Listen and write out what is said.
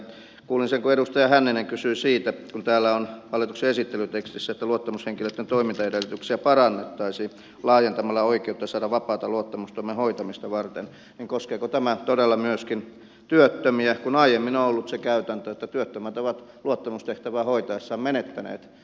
kuulin sen kun edustaja hänninen kysyi siitä kun täällä on hallituksen esittelytekstissä että luottamushenkilöitten toimintaedellytyksiä parannettaisiin laajentamalla oikeutta saada vapaata luottamustoimen hoitamista varten koskeeko tämä todella myöskin työttömiä kun aiemmin on ollut se käytäntö että työttömät ovat luottamustehtävää hoitaessaan menettäneet työttömyysturvansa